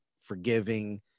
forgiving